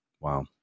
Wow